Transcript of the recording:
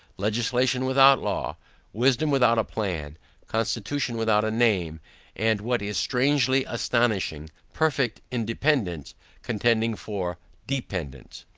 legislation without law wisdom without a plan constitution without a name and, what is strangely astonishing, perfect independance contending for dependance.